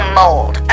mold